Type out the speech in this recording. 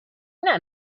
not